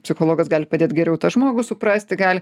psichologas gali padėt geriau tą žmogų suprasti gali